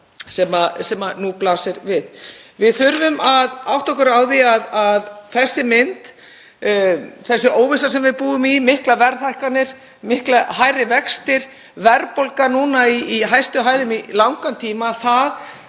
sem nú blasir við. Við þurfum að átta okkur á því að þessi mynd, þessi óvissa sem við búum við, miklar verðhækkanir, miklu hærri vextir, verðbólga núna í hæstu hæðum í langan tíma,